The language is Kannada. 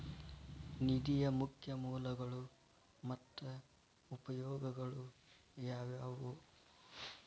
ನಿಧಿಯ ಮುಖ್ಯ ಮೂಲಗಳು ಮತ್ತ ಉಪಯೋಗಗಳು ಯಾವವ್ಯಾವು?